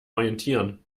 orientieren